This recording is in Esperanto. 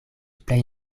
plej